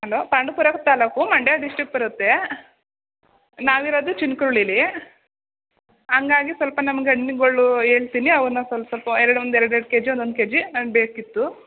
hello Pandavapura taluk Mandya district ಬರುತ್ತೇ ನಾವಿರೋದು ಚಿನಕುರುಳಿಲೀ ಹಂಗಾಗಿ ಸ್ವಲ್ಪ ನಮಗೆ ಹಣ್ಣುಗಳು ಹೇಳ್ತೀನಿ ಅವುನ್ನ ಸಲ ಸ್ವಲ್ಪ ಎರಡು ಒಂದು ಎರಡು ಎರಡು ಕೆ ಜಿ ಒಂದು ಒಂದು ಕೆ ಜಿ ನಮ್ಗೆ ಬೇಕಿತ್ತು